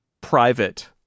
private